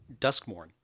Duskmorn